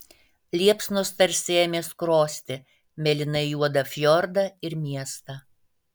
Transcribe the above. liepsnos tarsi ėmė skrosti mėlynai juodą fjordą ir miestą